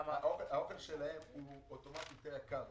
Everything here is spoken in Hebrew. האוכל שלהם הוא אוטומטית יותר יקר,